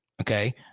okay